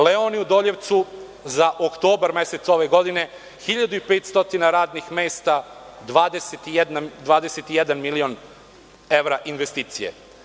Leoni“ u Doljevcu za oktobar mesec ove godine – 1.500 radnih mesta, 21 milion evra investicije.